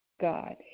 God